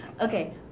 Okay